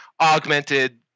augmented